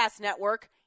Network